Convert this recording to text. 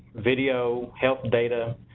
video, help data,